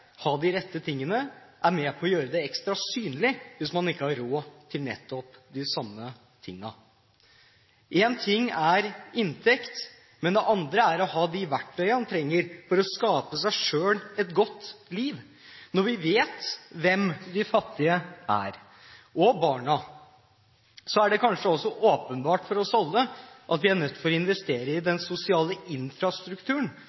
ha de rette tingene, er med på å gjøre det ekstra synlig hvis man ikke har råd til nettopp de samme tingene. Én ting er inntekt, men noe annet er å ha de verktøyene en trenger for å skape seg selv et godt liv. Når vi vet hvem de fattige er, og barna, er det kanskje også åpenbart for oss alle at vi er nødt til å investere i